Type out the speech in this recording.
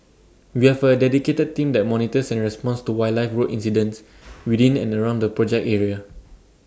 we have A dedicated team that monitors and responds to wildlife road incidents within and around the project area